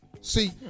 See